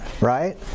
right